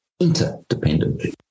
interdependently